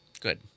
Good